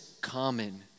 common